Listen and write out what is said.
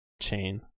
chain